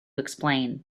explain